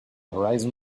horizon